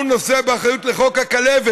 הוא נושא באחריות לחוק הכלבת.